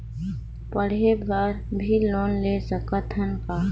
पढ़े बर भी लोन ले सकत हन का?